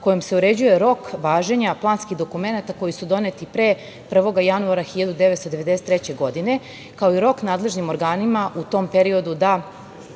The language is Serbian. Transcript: kojim se uređuje rok važenja planskih dokumenata koji su doneti pre 1. januara 1993. godine, kao i rok nadležnim organima u tom periodu da